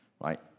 right